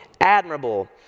admirable